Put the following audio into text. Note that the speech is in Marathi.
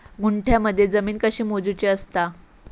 गुंठयामध्ये जमीन कशी मोजूची असता?